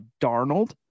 Darnold